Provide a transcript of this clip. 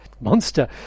monster